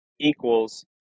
equals